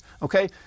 Okay